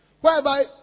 Whereby